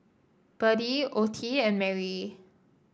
Berdie Ottie and Merry